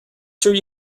sure